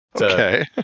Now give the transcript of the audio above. Okay